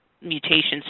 mutations